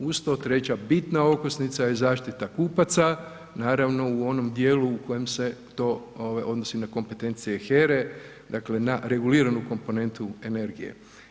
Uz to, treća bitna okosnica je zaštita kupaca naravno u onom djelu u kojem se to odnosi na kompetencije HERA-e, dakle na reguliranu komponentu energije.